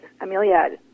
Amelia